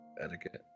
etiquette